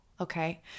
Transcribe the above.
okay